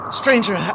stranger